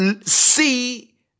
see